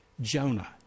Jonah